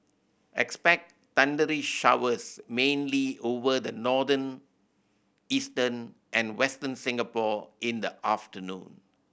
expect thundery showers mainly over the northern eastern and Western Singapore in the afternoon